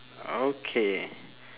okay